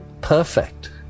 perfect